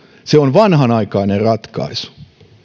se on vanhanaikainen ratkaisu